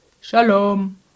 Shalom